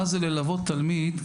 מה זה ללוות תלמיד,